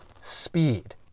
speed